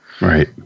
Right